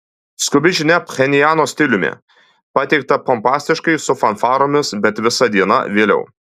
skubi žinia pchenjano stiliumi pateikta pompastiškai su fanfaromis bet visa diena vėliau